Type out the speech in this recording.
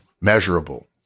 measurable